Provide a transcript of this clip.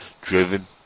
Driven